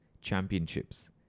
championships